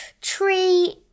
tree